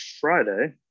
Friday